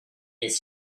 his